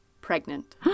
pregnant